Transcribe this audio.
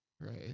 Right